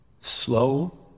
Slow